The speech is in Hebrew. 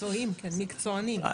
מקצוענים.